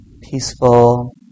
peaceful